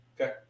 okay